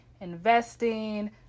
investing